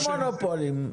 יש מונופולים.